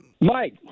Mike